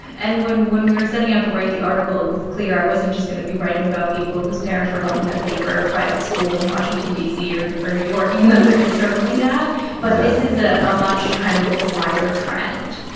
and when when we were setting out to write the article, it was clear i wasn't just going to be writing about people whose parents were helping them pay for private school in washington, d c, or and or new york, even though there is certainly that exactly but this is a ah much kind of wider trend